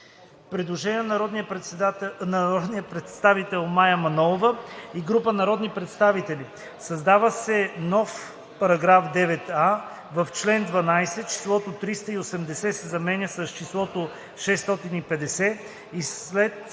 Предложение на народния представител Мая Манолова и група народни представители: „Създава се нов § 9а: В чл. 12 числото 380 се заменя с числото 650 и след